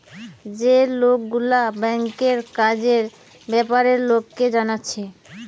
যে লোকগুলা ব্যাংকের কাজের বেপারে লোককে জানাচ্ছে